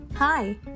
Hi